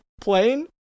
plane